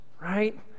right